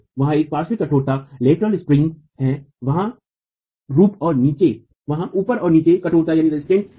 वहाँ एक पार्श्व कठोरता हैं वहाँ ऊपर और नीचे कठोरता हैं